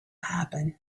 happen